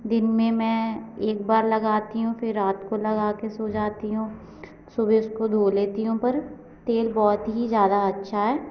दिन में मैं एक बार लगाती हूँ फिर रात को लगा कर सो जाती हूँ सुबह उसको धो लेती हूँ पर तेल बहुत ही ज्यादा अच्छा है